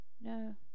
No